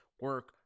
Work